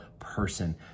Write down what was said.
Person